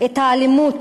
את האלימות.